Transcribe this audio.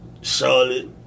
Charlotte